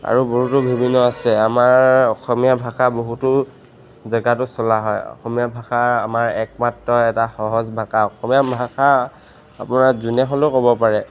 আৰু বহুতো বিভিন্ন আছে আমাৰ অসমীয়া ভাষা বহুতো জেগাত চলা হয় অসমীয়া ভাষা আমাৰ একমাত্ৰ এটা সহজ ভাষা অসমীয়া ভাষা আপোনাৰ যোনে হ'লেও ক'ব পাৰে